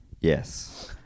Yes